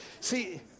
see